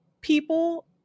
people